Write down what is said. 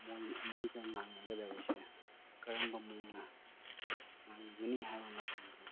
ꯃꯣꯏ ꯃꯣꯏꯒ ꯉꯥꯡꯅꯒꯗꯕꯁꯦ ꯀꯔꯝꯕ ꯃꯑꯣꯡꯅ ꯉꯥꯡꯅꯒꯅꯤ ꯍꯥꯏꯕ ꯃꯇꯝꯗ